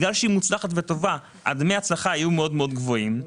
עקב כך דמי ההצלחה יהיו מאוד מאוד גבוהים.